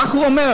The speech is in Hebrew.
כך הוא אומר.